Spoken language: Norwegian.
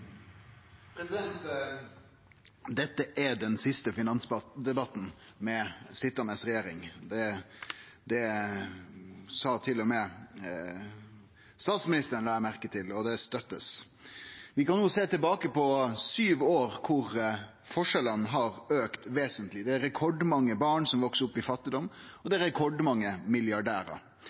den siste finansdebatten med den sitjande regjeringa. Det sa til og med statsministeren, la eg merke til, og det støttar eg. Vi kan sjå tilbake på sju år der forskjellane har auka vesentleg. Det er rekordmange barn som veks opp i fattigdom, og det er rekordmange milliardærar.